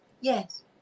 yes